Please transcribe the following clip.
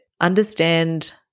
understand